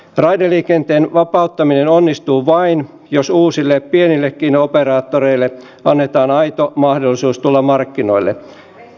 raideliikenteen vapauttaminen onnistuu vain jos uusille pienillekin operaattoreille annetaan aito mahdollisuus tulla markkinoille